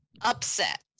upset